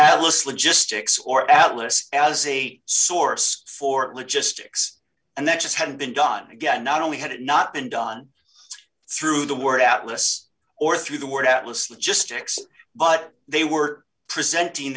alice logistics or atlas as a source for logistics and that just hadn't been done again not only had it not been done through the word out lists or through the word atlas logistics but they were presenting